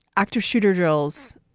active shooter drills.